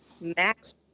max